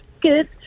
Good